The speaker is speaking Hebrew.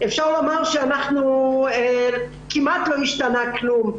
אפשר לומר שכמעט לא השתנה כלום.